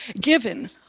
given